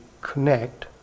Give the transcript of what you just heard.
connect